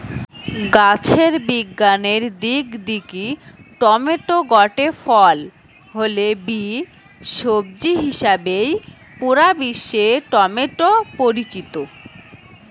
গাছের বিজ্ঞানের দিক দিকি টমেটো গটে ফল হলে বি, সবজি হিসাবেই পুরা বিশ্বে টমেটো পরিচিত